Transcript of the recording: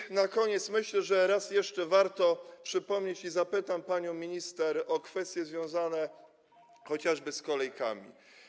I na koniec, myślę, że raz jeszcze warto to przypomnieć, zapytam panią minister o kwestie związane chociażby z kolejkami.